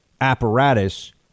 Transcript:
apparatus